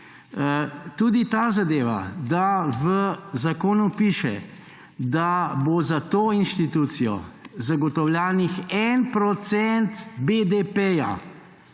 Tudi ta zadeva, da v zakonu piše, da bo za to inštitucijo zagotovljen en procent